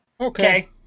Okay